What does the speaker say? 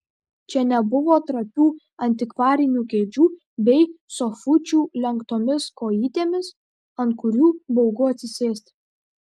čia nebuvo trapių antikvarinių kėdžių bei sofučių lenktomis kojytėmis ant kurių baugu atsisėsti